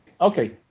okay